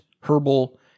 herbal